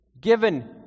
given